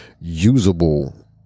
usable